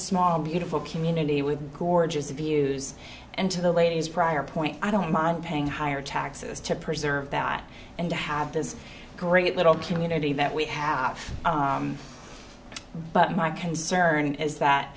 small beautiful community with gorgeous abuse and to the ladies prior point i don't mind paying higher taxes to preserve that and to have this great little community that we have but my concern is that